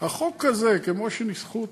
החוק הזה כמו שניסחו אותו,